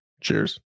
Cheers